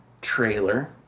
trailer